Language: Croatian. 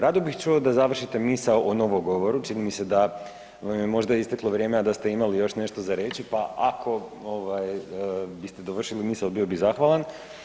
Rado bih čuo da završite misao o novogovoru, čini mi se da vam je možda isteklo vrijeme, a da ste imali još nešto za reći, pa ako biste dovršili misao bio bih zahvalan.